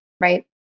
Right